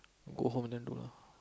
go home then do lah